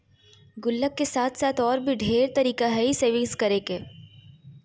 गुल्लक के साथ साथ और भी ढेर तरीका हइ सेविंग्स करे के